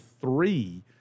three